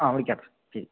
ആ വിളിക്കാം ശരി